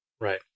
Right